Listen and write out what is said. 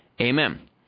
amen